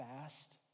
fast